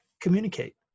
communicate